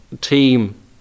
Team